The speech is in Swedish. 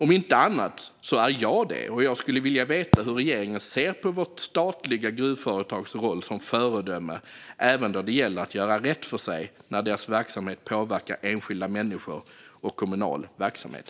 Om inte annat är jag det, och jag skulle vilja veta hur regeringen ser på vårt statliga gruvföretags roll som föredöme, även då det gäller att göra rätt för sig när dess verksamhet påverkar enskilda människor och kommunal verksamhet.